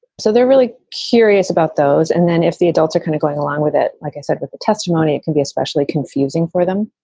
so they're really curious about those. and then if the adults are kind of going along with it, like i said with the testimony, it can be especially confusing for them.